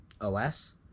OS